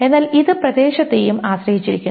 എന്നാൽ ഇത് പ്രദേശത്തെയും ആശ്രയിച്ചിരിക്കുന്നു